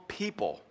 people